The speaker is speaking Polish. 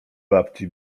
babci